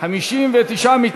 אנחנו עוברים להצבעה על סעיף 68,